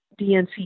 DNC